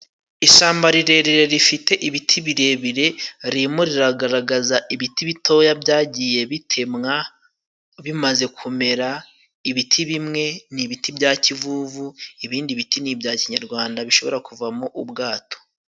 Ishyamba rirerire rifite ibiti birebire, ririmo riragaragaza ibiti bitoya byagiye bitemwa bimaze kumera. Ibiti bimwe ni ibiti bya kivuvu, ibindi biti n'ibya kinyarwanda bishobora kuvamo ubwato.